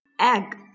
egg